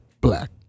Black